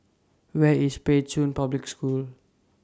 Where IS Pei Chun Public School